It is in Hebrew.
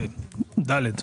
(ד)